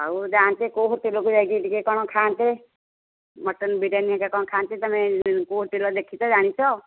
ଆଉ ଯାଆନ୍ତେ କେଉଁ ହୋଟେଲ୍କୁ ଯାଇ ଟିକିଏ କ'ଣ ଖାଆନ୍ତେ ମଟନ୍ ବିରିୟାନୀ ହେରିକା ଖାଆନ୍ତେ ତୁମେ କେଉଁ ହୋଟେଲ୍ ଦେଖିଛ ଜାଣିଛ